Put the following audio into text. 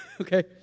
Okay